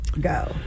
Go